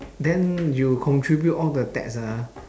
then you contribute all the tax ah